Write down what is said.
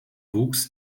wuchs